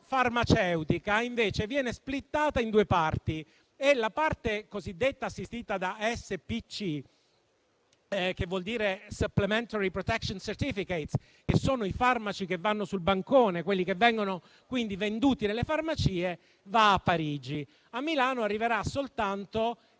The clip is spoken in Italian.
farmaceutica, invece, viene splittata in due parti e la parte cosiddetta assistita da SPC, che vuol dire *supplementary protection certificate*, che sono i farmaci che vanno sul bancone e venduti nelle farmacie, va a Parigi. A Milano arriverà soltanto